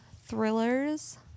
thrillers